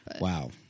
Wow